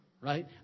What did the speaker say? Right